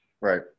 Right